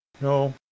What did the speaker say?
no